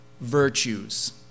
virtues